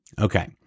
Okay